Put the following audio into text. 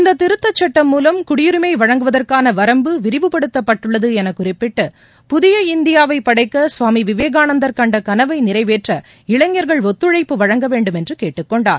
இந்த திருத்தச்சட்டம் மூலம் குடியுரிமை வழங்குவதற்கான வரம்பு விரவுப்படுத்தப்பட்டுள்ளது என குறிப்பிட்டு புதிய இந்தியாவை படைக்க கவாமி விவேகானந்தா கண்ட கனவை நிறைவேற்ற இளைஞர்கள் ஒத்துழைப்பு வழங்க வேண்டும் என்று கேட்டுக்கொண்டார்